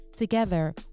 Together